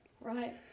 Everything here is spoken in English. Right